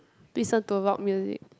listen to rock music